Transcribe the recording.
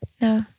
No